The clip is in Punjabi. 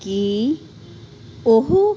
ਕਿ ਉਹ